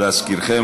להזכירכם,